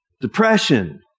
depression